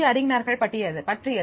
D அறிஞர்கள் பற்றியது